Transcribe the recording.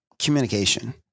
Communication